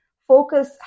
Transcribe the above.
Focus